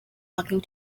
talking